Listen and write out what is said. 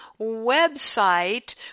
website